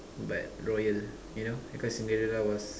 but royal you know because Cinderella was